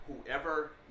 whoever